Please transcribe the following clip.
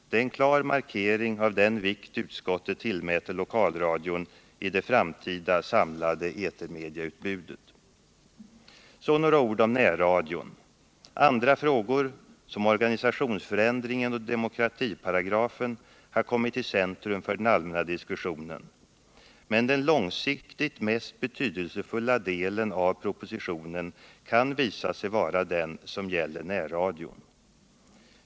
Det är en klar markering av den vikt utskottet tillmäter lokalradion i det framtida samlade etermediautbudet. Så några ord om närradion. Andra frågor, såsom frågorna om organisationsförändringen och demokratiparagrafen, har kommit i centrum för den allmänna diskussionen. Men den långsiktigt mest betydelsefulla delen av propositionen kan visa sig vara den som gäller närradion.